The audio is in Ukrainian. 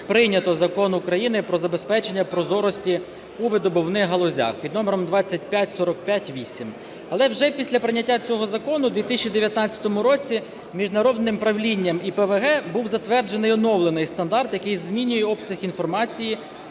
прийнято Закон України "Про забезпечення прозорості у видобувних галузях" під номером 2545-VIII. Але вже після прийняття цього закону в 2019 році міжнародним правлінням ІПВГ був затверджений оновлений стандарт, який змінює обсяг інформації,